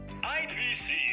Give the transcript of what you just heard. IPC